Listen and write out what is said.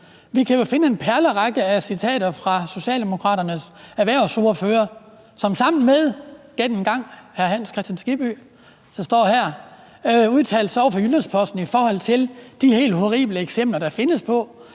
Vi kan jo finde en perlerække af citater fra Socialdemokraternes erhvervsordfører, som sammen med – gæt engang – hr. Hans Kristian Skibby, som står her, udtalte sig til Jyllands-Posten om de helt horrible eksempler, der findes på,